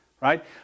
right